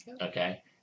Okay